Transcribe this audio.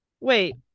wait